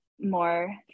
more